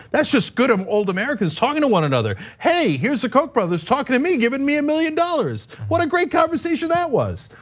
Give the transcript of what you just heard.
that's just good um old americans talking to one another. hey, here's the koch brothers, talking to me, giving me a million dollars. what a great conversation that was.